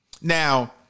Now